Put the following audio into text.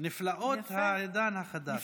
נפלאות העידן החדש.